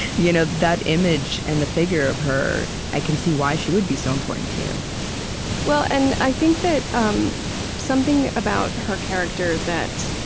you know that image and the figure of her i can see why she would be so important to you and i think that um something about her character that